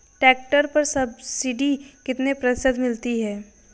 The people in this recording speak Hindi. ट्रैक्टर पर सब्सिडी कितने प्रतिशत मिलती है?